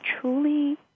truly